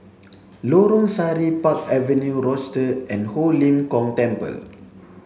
Lorong Sari Park Avenue Rochester and Ho Lim Kong Temple